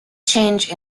change